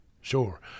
sure